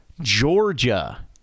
georgia